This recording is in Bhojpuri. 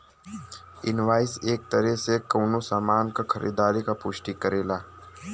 इनवॉइस एक तरे से कउनो सामान क खरीदारी क पुष्टि करेला